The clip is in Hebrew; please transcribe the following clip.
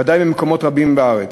ודאי במקומות רבים בארץ.